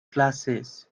glasses